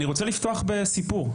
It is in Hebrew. אני רוצה לפתוח בסיפור,